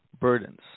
burdens